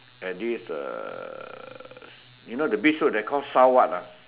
at this uh you know the beach road that call sa~ what ah